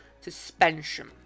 suspension